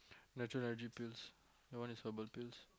natural energy pills your one is herbal pills